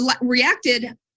reacted